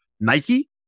Nike